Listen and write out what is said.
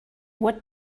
what